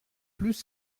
plus